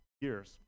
years